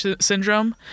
syndrome